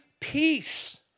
peace